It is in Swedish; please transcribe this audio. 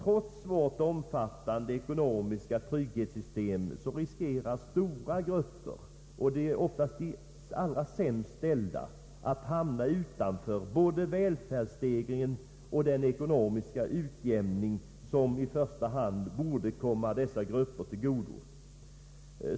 Trots vårt omfattande ekonomiska trygghetssystem riskerar därför stora grupper — oftast de allra sämst ställda — att hamna utanför både välfärdsstegringen och den ekonomiska utjämning som i första hand borde komma dessa grupper till godo.